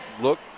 look